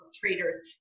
traders